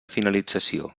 finalització